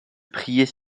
prier